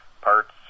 parts